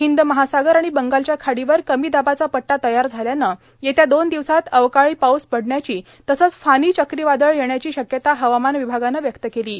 हिंद महासागर आणि बंगालच्या खाडीवर कमी दाबाचा पट्टा तयार झाल्यानं येत्या दोन दिवसांत अवकाळी पाऊस पडण्याची तसंच फानी चक्रीवादळ येण्याची शक्यता हवामान विभागानं व्यक्त केली आहे